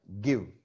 give